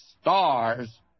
stars